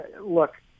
look